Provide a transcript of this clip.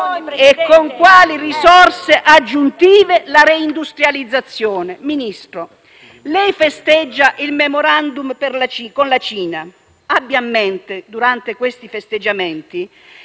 e con quali risorse aggiuntive la reindustrializzazione. Ministro, lei festeggia il *memorandum* con la Cina; abbia a mente, durante questi festeggiamenti,